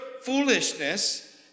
foolishness